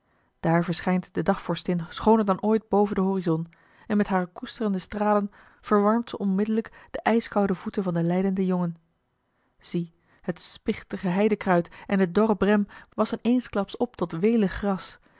daar verschijnt de dagvorstin schooner dan ooit boven den horizon en met hare koesterende stralen verwarmt ze onmiddellijk de ijskoude voeten van den lijdenden jongen zie het spichtige heidekruid en de dorre brem wassen eensklaps op tot welig gras